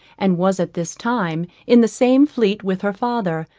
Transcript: and was at this time in the same fleet with her father,